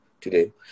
today